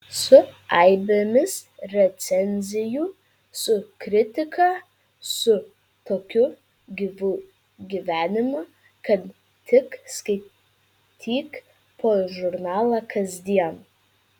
su aibėmis recenzijų su kritika su tokiu gyvu gyvenimu kad tik skaityk po žurnalą kasdien